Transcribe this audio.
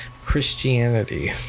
christianity